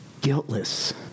Guiltless